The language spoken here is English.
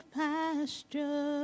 pasture